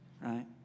right